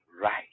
right